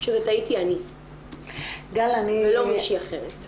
שזאת הייתי אני ולא מישהי אחרת.